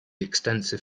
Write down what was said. extensive